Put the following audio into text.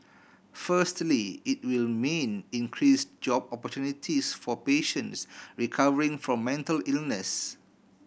firstly it will mean increased job opportunities for patients recovering from mental illness